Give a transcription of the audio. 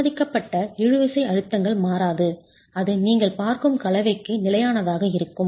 அனுமதிக்கப்பட்ட இழுவிசை அழுத்தங்கள் மாறாது அது நீங்கள் பார்க்கும் கலவைக்கு நிலையானதாக இருக்கும்